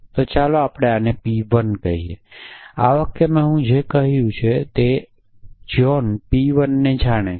તો ચાલો હવે આપણે આને p1 કહીએ આ વાક્યમાં હું જે કહું છું તે તે છે કે જ્હોન p 1 ને જાણે છે